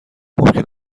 ممکن